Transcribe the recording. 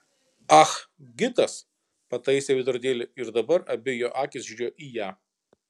ah gitas pataisė veidrodėlį ir dabar abi jo akys žiūrėjo į ją